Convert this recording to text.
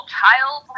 child